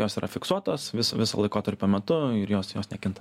jos yra fiksuotos vis viso laikotarpio metu ir jos jos nekinta